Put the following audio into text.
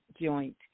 joint